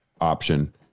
option